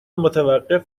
متوقف